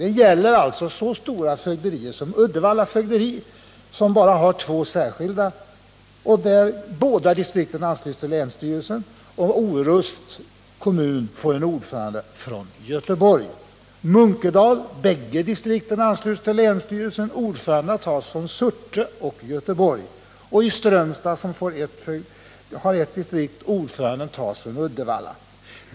Det gäller så stora fögderier som Uddevalla fögderi, som har bara två distrikt som båda är anslutna till länsstyrelsen. Vidare får Orusts kommun en ordförande från Göteborg. Beträffande Munkedal kan nämnas att båda distrikten ansluts till länsstyrelsen. Ordförandena tas från Surte och Göteborg. Strömstad har ett distrikt och där tas ordföranden från Uddevalla.